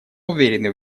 уверены